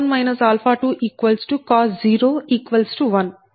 0 మరియు A120 అని చూసాం